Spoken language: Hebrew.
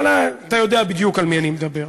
אבל אתה יודע בדיוק על מי אני מדבר.